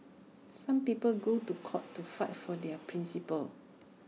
some people go to court to fight for their principles